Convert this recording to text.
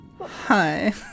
Hi